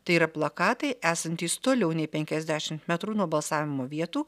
tai yra plakatai esantys toliau nei penkiasdešimt metrų nuo balsavimo vietų